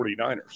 49ers